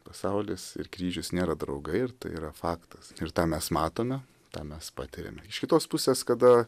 pasaulis ir kryžius nėra draugai ir tai yra faktas ir tą mes matome tą mes patiriame iš kitos pusės kada